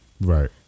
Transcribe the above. Right